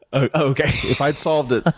oh, okay. if i'd solved it,